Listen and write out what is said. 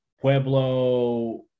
pueblo